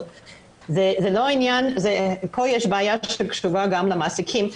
יש כאן בעיה שקשורה גם למעסיקים.